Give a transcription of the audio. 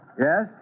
Yes